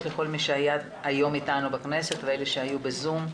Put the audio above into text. לכל מי שהיה היום איתנו בכנסת ואלה שהיו בזום.